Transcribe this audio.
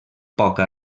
poca